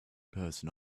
person